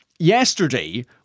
Yesterday